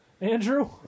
Andrew